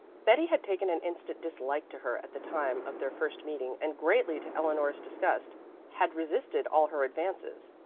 betty had taken an instant dislike to her at the time of their first meeting and greatly to eleanor's disgust had resisted all her advances.